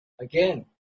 again